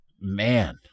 man